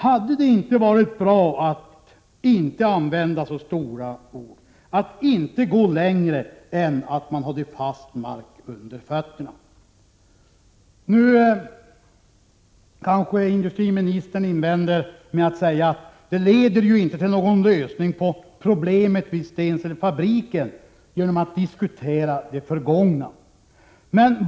Hade det inte varit bra att inte använda så stora ord, att inte gå längre än att man hade fast mark under fötterna? Industriministern kanske invänder att det inte leder till någon lösning på problemet vid fabriken att man diskuterar det förgångna.